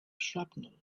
shrapnel